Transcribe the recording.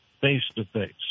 face-to-face